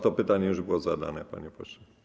To pytanie już było zadane, panie pośle.